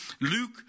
Luke